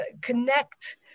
connect